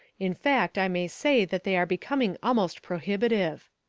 in fact i may say that they are becoming almost prohibitive.